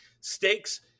Stakes